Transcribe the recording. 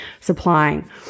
supplying